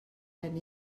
phen